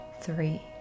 three